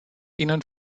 ihnen